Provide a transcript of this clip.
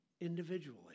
individually